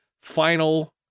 final